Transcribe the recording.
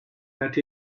that